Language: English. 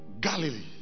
Galilee